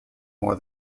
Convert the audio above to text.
more